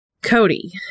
Cody